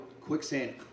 Quicksand